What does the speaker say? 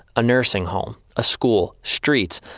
a nursing home, a school, streets.